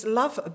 love